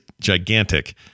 gigantic